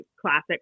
classic